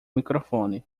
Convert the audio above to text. microfone